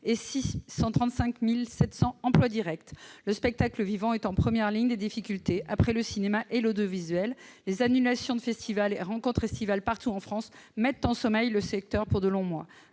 et 635 700 emplois directs. Le spectacle vivant est en première ligne des difficultés, après le cinéma et l'audiovisuel. Les annulations de festivals et de rencontres estivales partout en France mettent en sommeil le secteur pour de longs mois.